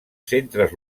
centres